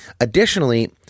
Additionally